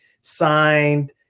signed